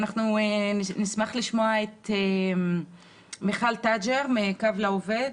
נשמח לשמוע את מיכל תג'ר מקו לעובד.